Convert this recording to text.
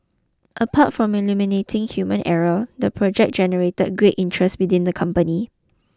apart from eliminating human error the project generater great interest within the company